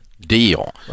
deal